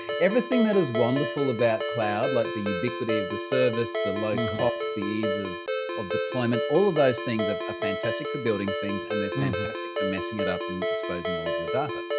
everything that is wonderful about cloud, like the ubiquity of the service, the low cost, the ease of of deployment, all of those things are fantastic for building things and they're fantastic for messing it up and exposing all of your data.